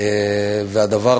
והדבר